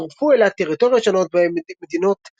וצורפו אליה טריטוריות שונות, בהם מדינות